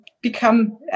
become